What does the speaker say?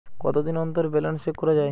কতদিন অন্তর balance check করা য়ায়?